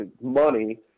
money